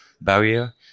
barrier